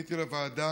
פניתי לוועדה